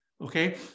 Okay